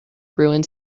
ruins